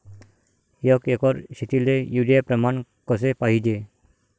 एक एकर शेतीले युरिया प्रमान कसे पाहिजे?